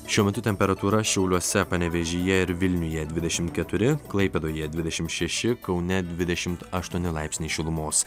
šiuo metu temperatūra šiauliuose panevėžyje ir vilniuje dvidešim keturi klaipėdoje dvidešim šeši kaune dvidešimt aštuoni laipsniai šilumos